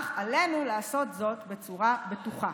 אך עלינו לעשות זאת בצורה בטוחה.